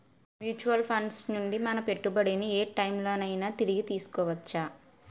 Mutual funds నుండి మన పెట్టుబడిని ఏ టైం లోనైనా తిరిగి తీసుకోవచ్చా?